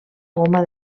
goma